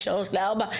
ל-3 ול-4,